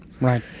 Right